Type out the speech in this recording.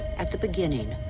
at the beginning,